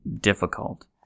difficult